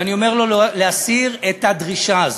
ואני אומר לו להסיר את הדרישה הזו.